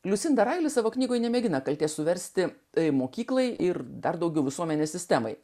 liusinda raili savo knygoje nemėgina kaltės suversti tai mokyklai ir dar daugiau visuomenės sistemai